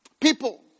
people